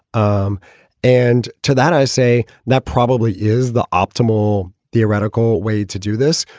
um and to that, i say that probably is the optimal theoretical way to do this.